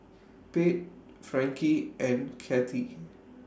Pate Frankie and Kathy